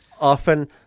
often